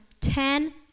ten